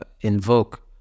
invoke